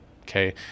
Okay